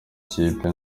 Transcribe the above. kipe